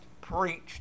preached